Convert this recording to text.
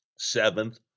seventh